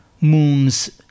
moon's